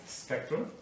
spectrum